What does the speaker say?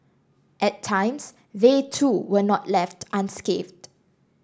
at times they too were not left unscathed